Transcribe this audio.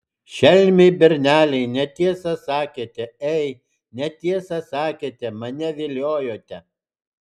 šelmiai berneliai netiesą sakėte ei netiesą sakėte mane viliojote